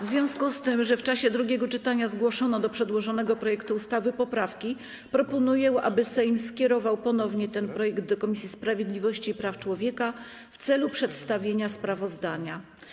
W związku z tym, że w czasie drugiego czytania zgłoszono do przedłożonego projektu ustawy poprawki, proponuję, aby Sejm skierował ponownie ten projekt do Komisji Sprawiedliwości i Praw Człowieka w celu przedstawienia sprawozdania.